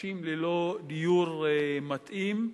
אנשים ללא דיור מתאים,